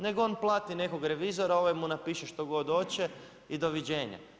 Nego on plati nekog revizora, ovaj mu napiše što god hoće i doviđenja.